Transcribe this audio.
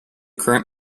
current